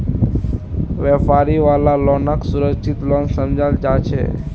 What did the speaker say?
व्यापारी वाला लोनक सुरक्षित लोन समझाल जा छे